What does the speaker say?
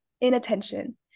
inattention